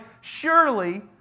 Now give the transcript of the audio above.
Surely